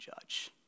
judge